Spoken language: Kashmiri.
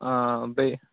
آ بیٚیہِ